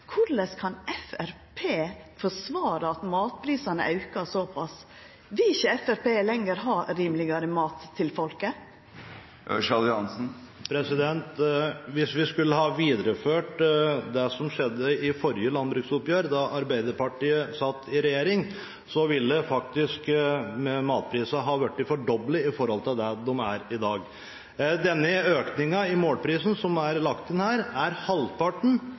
korleis kan Framstegspartiet forsvara at matprisane aukar såpass? Vil ikkje Framstegspartiet lenger ha rimlegare mat til folket? Hvis vi skulle ha videreført det som skjedde i forrige landbruksoppgjør, da Arbeiderpartiet satt i regjering, ville faktisk matprisene ha blitt fordoblet i forhold til det de er i dag. Denne økningen i målprisen som er lagt inn, er faktisk bare halvparten